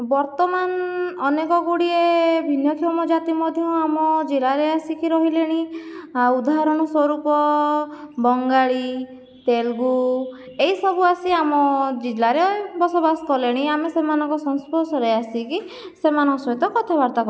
ବର୍ତ୍ତମାନ ଅନେକ ଗୁଡ଼ିଏ ଭିନ୍ନକ୍ଷମ ଜାତି ମଧ୍ୟ ଆମ ଜିଲ୍ଲାରେ ଆସିକି ରହିଲେଣି ଆଉ ଉଦାହରଣ ସ୍ୱରୂପ ବଙ୍ଗାଳି ତେଲୁଗୁ ଏହିସବୁ ଆସି ଆମ ଜିଲ୍ଲାରେ ବସବାସ କଲେଣି ଆମେ ସେମାନଙ୍କ ସଂସ୍ପର୍ଶରେ ଆସିକି ସେମାନଙ୍କ ସହିତ କଥାବାର୍ତ୍ତା କ